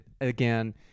again